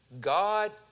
God